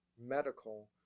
medical